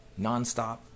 nonstop